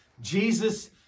Jesus